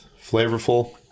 flavorful